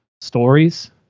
stories